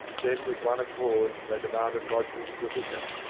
then with one accord they demanded lodgings of the vicar.